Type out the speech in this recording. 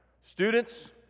students